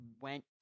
went